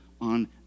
on